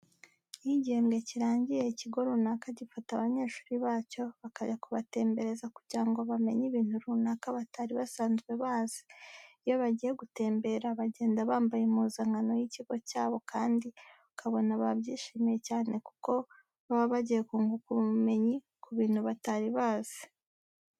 Iyo igihembwe kirangiye ikigo runaka gifata abanyeshuri bacyo bakajya kubatembereza kugira ngo bamenye ibintu runaka batari basanzwe bazi. Iyo bagiye gutembera bagenda bambaye impuzankano y'ikigo cyabo kandi ukabona babyishimiye cyane kuko baba bagiye kunguka ubumenyi ku bintu batari bazi.